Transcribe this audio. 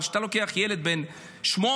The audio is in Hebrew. אבל כשאתה לוקח ילד בן שמונה,